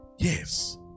Yes